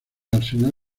arsenal